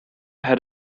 had